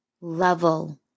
level